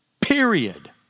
Period